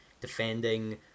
defending